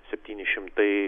septyni šimtai